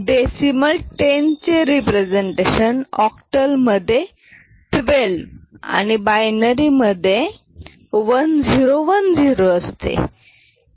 decimal 10 चे representation octal मधे 12 आणि बायनरी मधे 1 0 1 0 असते